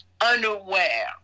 unaware